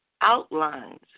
outlines